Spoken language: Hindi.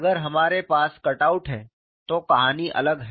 अगर हमारे पास कटआउट है तो कहानी अलग है